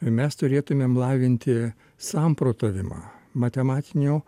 mes turėtumėm lavinti samprotavimą matematinio